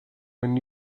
when